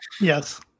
Yes